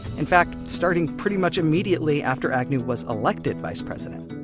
in fact, starting pretty much immediately after agnew was elected vice president.